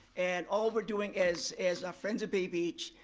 and all we're doing as as friends of bay beach,